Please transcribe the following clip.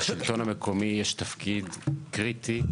לשלטון המקומי יש תפקיד קריטי,